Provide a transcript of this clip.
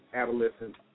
adolescent